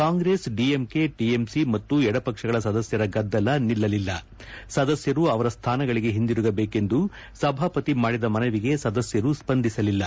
Congress DMK TMC ಮತ್ತು ಎಡಪಕ್ಷಗಳ ಸದಸ್ದರ ಗದ್ದಲ ನಿಲ್ಲಲಿಲ್ಲ ಸದಸ್ದರು ಅವರ ಸ್ಥಾನಗಳಿಗೆ ಹಿಂದಿರುಗಬೇಕೆಂದು ಸಭಾಪತಿ ಮಾಡಿದ ಮನವಿಗೆ ಸದಸ್ನರು ಸ್ವಂದಿಸಲಿಲ್ಲ